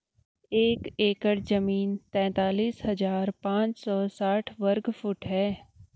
एक एकड़ जमीन तैंतालीस हजार पांच सौ साठ वर्ग फुट है